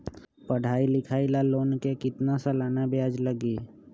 पढाई लिखाई ला लोन के कितना सालाना ब्याज लगी?